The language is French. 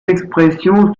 expressions